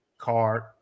card